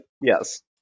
Yes